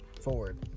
forward